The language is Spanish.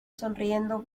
sonriendo